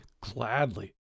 gladly